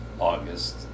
August